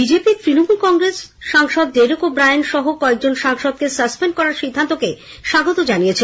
BJP Trinamool Congress সাংসদ Derek O'Brien সহ কয়েকজন সাংসদকে সাসপেন্ড করার সিদ্ধান্তকে স্বাগত জানিয়েছে